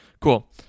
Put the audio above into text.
cool